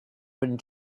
been